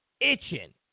Itching